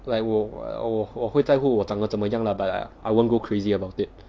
like 我我我我会在乎我长得怎么样 lah but I I won't go crazy about it